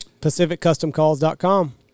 Pacificcustomcalls.com